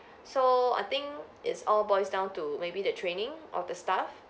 so I think it's all boils down to maybe the training of the staff